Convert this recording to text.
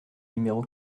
numéro